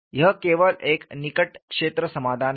यह केवल एक निकट क्षेत्र समाधान है